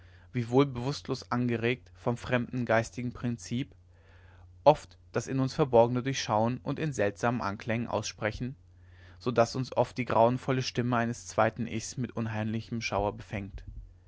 wiewohl bewußtlos angeregt vom fremden geistigen prinzip oft das in uns verborgene durchschauen und in seltsamen anklängen aussprechen so daß uns oft die grauenvolle stimme eines zweiten ichs mit unheimlichem schauer befängt